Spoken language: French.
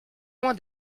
loin